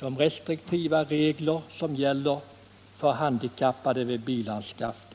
de restriktiva regler som gäller för handikappade vid bilanskaffning.